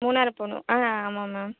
மூனார் போகணும் ஆ ஆமாம் மேம்